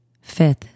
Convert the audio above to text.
fifth